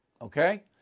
okay